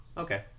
okay